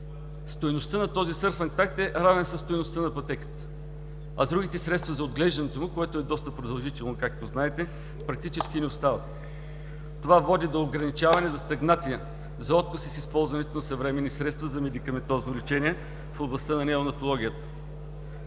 Стойността на този сърфактант е равен със стойността на пътеката. А другите средства за отглеждането му, което е доста продължително, както знаете, практически не остават. Това води до ограничаване, стагнация, отказ от използването на съвременни средства за медикаментозно лечение в областта на неонатологията.